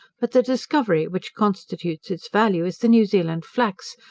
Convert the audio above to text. but the discovery which constitutes its value is the new zealand flax,